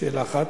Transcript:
שאלה אחת.